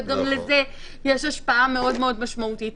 וגם לזה יש השפעה מאוד מאוד משמעותית.